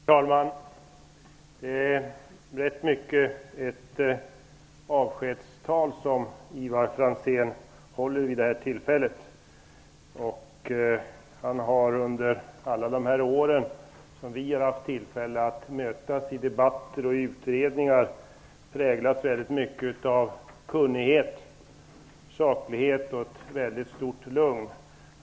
Herr talman! Det är rätt mycket av ett avskedstal Ivar Franzén håller vid det här tillfället. Han har under alla de år som vi har haft tillfälle att mötas i debatter och utredningar präglats av kunnighet, saklighet och ett väldigt stort lugn.